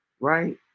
right